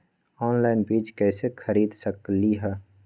Online बीज कईसे खरीद सकली ह?